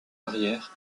arrière